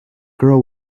girl